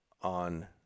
on